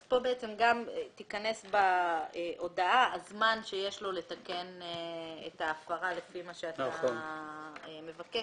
כאן ייכנס בהודעה הזמן שיש לו לתקן את ההפרה לפי מה שאתה מבקש,